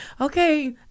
okay